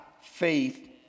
faith